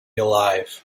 alive